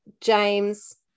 James